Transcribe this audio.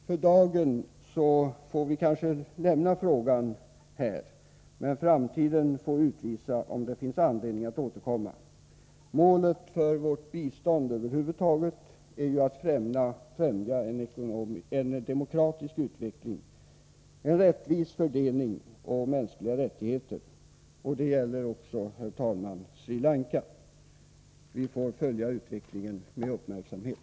För dagen måste vi kanske lämna frågan här, men framtiden får utvisa om det finns anledning att återkomma. Målet för vårt bistånd över 46 huvud taget är ju att främja en demokratisk utveckling, en rättvis fördelning och tillvaratagande av mänskliga rättigheter. Detta gäller, herr talman, också Sri Lanka. Vi får följa utvecklingen med uppmärksamhet.